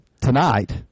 Tonight